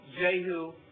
Jehu